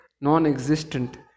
non-existent